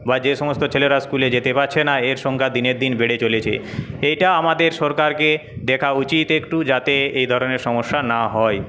বা যে সমস্ত ছেলেরা স্কুলে যেতে পারছে না এর সংখ্যা দিনের দিন বেড়ে চলেছে এটা আমাদের সরকারকে দেখা উচিত একটু যাতে এই ধরনের সমস্যা না হয়